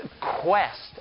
quest